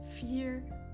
fear